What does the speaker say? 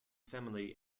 family